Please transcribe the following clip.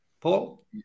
Paul